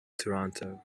toronto